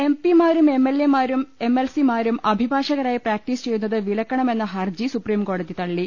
M P മാരും M L എമാരും M L സിമാരും അഭിഭാഷകരായി പ്രാക്ടീസ് ചെയ്യുന്നത് വിലക്കണമെന്ന ഹർജി സൂപ്രീംകോടതി തള്ളി